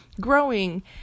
growing